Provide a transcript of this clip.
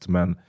Men